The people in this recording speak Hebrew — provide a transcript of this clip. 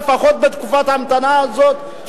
לפחות בתקופת ההמתנה הזאת,